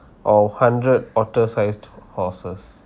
or hundred otter sized horses